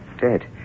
Dead